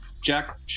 Jack